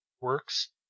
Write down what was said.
works